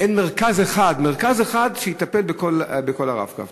אין מרכז אחד שיטפל בכל נושא ה"רב-קו".